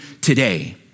today